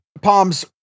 Palms